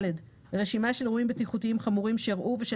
רשימה של אירועים בטיחותיים חמורים שאירעו ושל